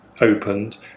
opened